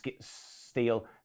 steel